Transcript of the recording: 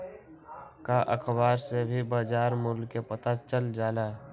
का अखबार से भी बजार मूल्य के पता चल जाला?